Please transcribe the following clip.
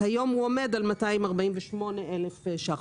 כיום הוא עומד על 248,000 שקלים.